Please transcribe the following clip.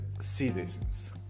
citizens